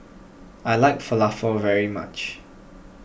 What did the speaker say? I like Falafel very much